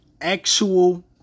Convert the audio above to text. actual